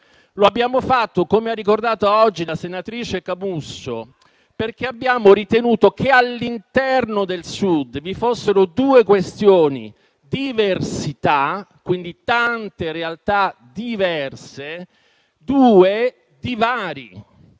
lo abbiamo fatto? Come ha ricordato oggi la senatrice Camusso, lo abbiamo fatto perché abbiamo ritenuto che all'interno del Sud vi fossero due questioni: diversità, e quindi tante realtà diverse, e divari.